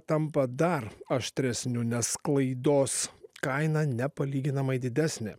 tampa dar aštresniu nes klaidos kaina nepalyginamai didesnė